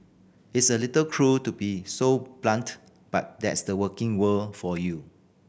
it's a little cruel to be so blunt but that's the working world for you